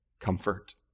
comfort